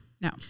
No